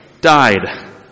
died